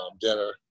dinner